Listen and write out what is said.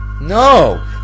No